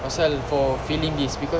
pasal for feeling this because